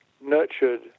nurtured